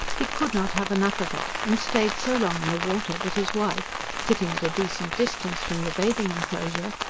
he could not have enough of it, and stayed so long in the water that his wife, sitting at a decent distance from the bathing enclosure,